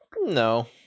no